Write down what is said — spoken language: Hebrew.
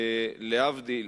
להבדיל,